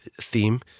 theme